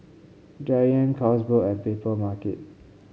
Giant Carlsberg and Papermarket